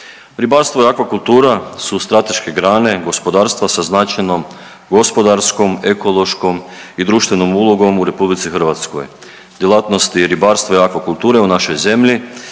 Ribarstvo i akvakultura su strateške grane gospodarstva sa značajno gospodarskom, ekološkom i društvenom ulogom u RH. Djelatnosti ribarstva i akvakulture u našoj zemlji